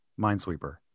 Minesweeper